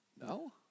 No